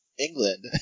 England